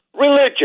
religion